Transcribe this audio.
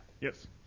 Yes